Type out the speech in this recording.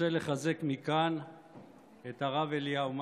אני רוצה לחזק מכאן את הרב אליהו מאלי,